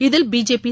இதில் பிஜேபி